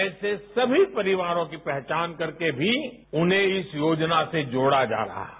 ऐसे समी परिवारों की पहचान करके भी उन्हें इस योजना से जोड़ा जा रहा है